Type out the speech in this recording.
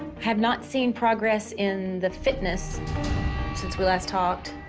have not seen progress in the fitness since we last talked.